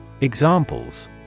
Examples